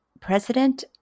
president